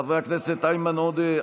חברי הכנסת איימן עודה,